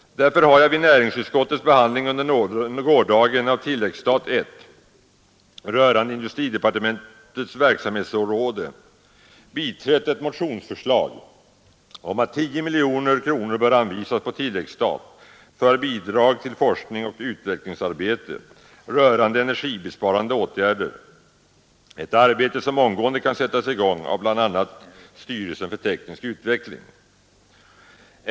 Därför har jag vid näringsutskottets behandling under gårdagen av tilläggsstat I rörande industridepartementets verksamhetsområde biträtt ett motionsförslag om att 10 miljoner kronor bör anvisas på tilläggsstat för bidrag till forskning och utvecklingsarbete rörande energibesparande åtgärder, ett arbete som omgående kan sättas i gång av bl.a. styrelsen för teknisk utveckling.